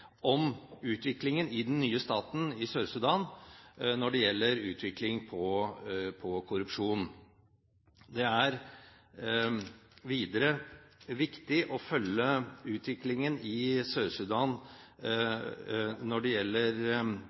om utviklingen i den nye staten Sør-Sudan når det gjelder utviklingen av korrupsjon. Det er videre viktig å følge utviklingen i Sør-Sudan når det gjelder